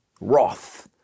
wrath